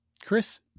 Chris